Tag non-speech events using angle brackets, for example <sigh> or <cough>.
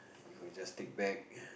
it would just take back <noise>